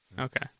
Okay